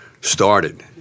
started